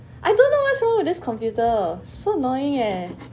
I don't know what's wrong with this computer so annoying eh